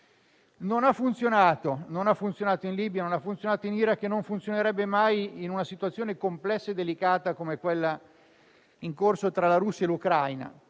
Non ha funzionato in Libia e in Iraq e non funzionerebbe mai in una situazione complessa e delicata come quella in corso tra Russia e Ucraina.